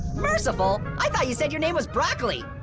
merciful? i thought you said your name was broccoli.